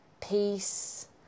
peace